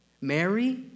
Mary